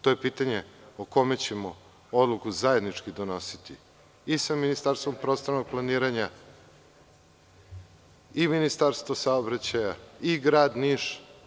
To je pitanje o kome ćemo odluku zajedno donositi i sa Ministarstvom prostornog planiranja i Ministarstvom saobraćaja i Gradom Niš.